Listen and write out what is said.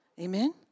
Amen